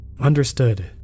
Understood